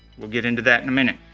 we'll get into that in a minute.